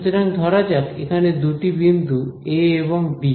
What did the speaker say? সুতরাং ধরা যাক এখানে দুটি বিন্দু এ এবং বি